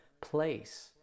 place